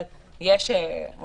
אבל יש פרויקט גדול,